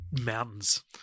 mountains